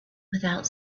without